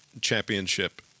championship